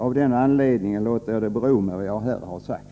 Av den anledningen låter jag det bero med vad jag här har sagt.